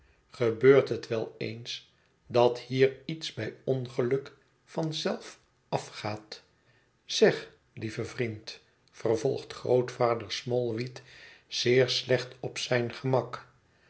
gebeurt het wel eens dat hier iets bij ongeluk van zelf afgaat zeg lieve vriend vervolgt grootvader smallweed zeer slecht op zijn gemak